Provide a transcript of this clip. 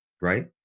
Right